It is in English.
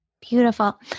Beautiful